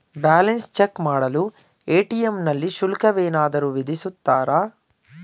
Balance check ಮಾಡಲು ATM ನಲ್ಲಿ ಶುಲ್ಕವೇನಾದರೂ ವಿಧಿಸುತ್ತಾರಾ?